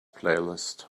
playlist